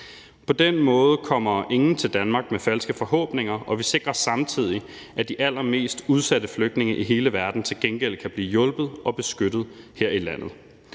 På den måde kommer ingen til Danmark med falske forhåbninger, og vi sikrer samtidig, at de allermest udsatte flygtninge i hele verden til gengæld kan blive hjulpet og beskyttet her i landet.